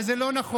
אז זה לא נכון.